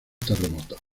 terremotos